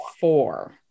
four